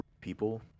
People